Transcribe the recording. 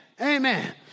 Amen